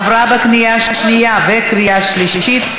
עברה בקריאה שנייה ובקריאה שלישית,